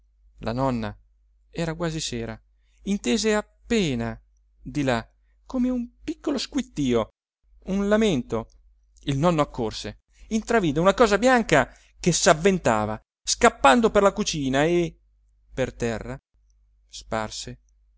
la nonna era quasi sera intese appena di là come un piccolo squittio un lamento il nonno accorse intravide una cosa bianca che s'avventava scappando per la cucina e per terra sparse